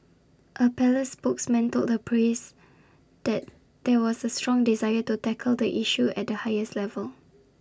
A palace spokesman told the press that there was A strong desire to tackle the issue at the highest levels